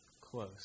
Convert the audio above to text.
close